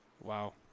wow